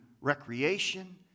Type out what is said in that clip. recreation